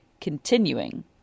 continuing